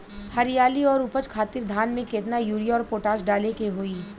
हरियाली और उपज खातिर धान में केतना यूरिया और पोटाश डाले के होई?